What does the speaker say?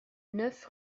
neuf